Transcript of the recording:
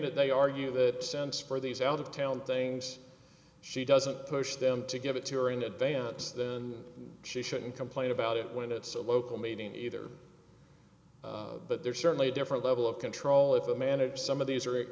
it they argue that sense for these out of town things she doesn't push them to give it to her in advance than she shouldn't complain about it when it's a local meeting either but there's certainly a different level of control if they manage some of these